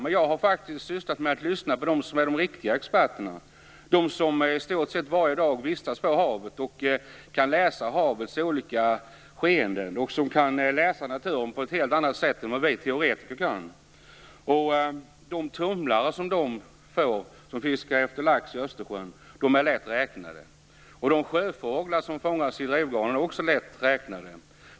Men jag har faktiskt lyssnat på dem som är de riktiga experterna - de som i stort sett varje dag vistas på havet och kan läsa dess olika skeenden, de som kan läsa naturen på ett helt annat sätt än vad vi teoretiker kan. De tumlare som de får som fiskar lax i Östersjön är lätt räknade. De sjöfåglar som fångas i drivgarnen är också lätt räknade.